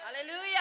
Hallelujah